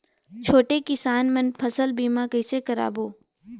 छोटे किसान मन फसल बीमा कइसे कराबो?